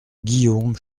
guillaume